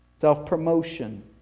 self-promotion